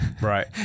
right